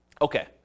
okay